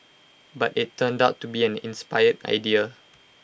but IT turned out to be an inspired idea